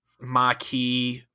Maquis